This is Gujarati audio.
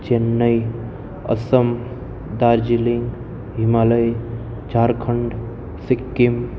ચેન્નઈ અસમ દાર્જિલિંગ હિમાલય ઝારખંડ સિક્કિમ